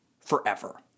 forever